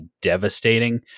devastating